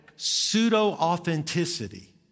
pseudo-authenticity